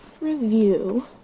review